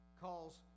calls